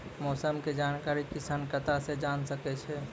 मौसम के जानकारी किसान कता सं जेन सके छै?